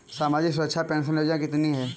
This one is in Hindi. सामाजिक सुरक्षा पेंशन योजना कितनी हैं?